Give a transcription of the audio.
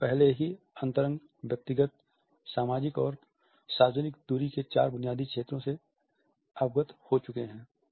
हमने पहले ही अंतरंग व्यक्तिगत सामाजिक और सार्वजनिक दूरी के चार बुनियादी क्षेत्रों से अवगत है